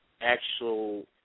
Actual